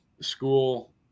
school